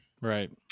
Right